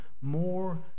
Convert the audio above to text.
more